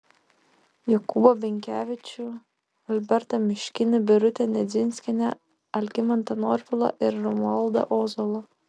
jokūbą minkevičių albertą miškinį birutę nedzinskienę algimantą norvilą ir romualdą ozolą